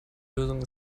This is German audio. lösung